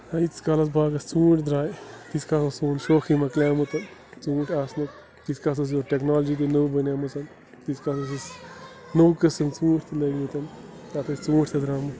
مگر ییٖتِس کالس باغس ژوٗنٛٹھۍ درٛاے تیٖتِس کالَس سون شوقٕے مَکلیومُت تہٕ ژوٗنٛٹھۍ آسنُک تیٖتِس کالَس ٲس ییٚتہِ ٹٮ۪کنالجی تہِ نٔو بَنٲمٕژ تیٖتِس کالَس ٲسۍ نٔو قٕسٕم ژوٗنٛٹھۍ تہِ لٲگمٕتۍ تَتھ ٲسۍ ژوٗنٛٹھۍ تہِ درٛامٕتۍ